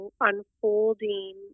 unfolding